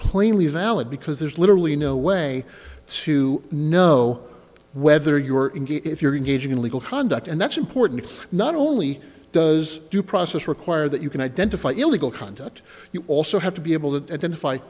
plainly valid because there's literally no way to know whether you are in if you're engaging in legal hand and that's important not only does due process require that you can identify illegal conduct you also have to be able to identify